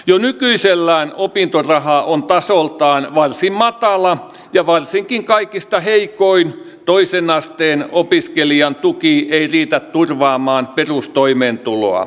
jo nykyisellään opintoraha on tasoltaan varsin matala ja varsinkin kaikista heikoin toisen asteen opiskelijan tuki ei riitä turvaamaan perustoimeentuloa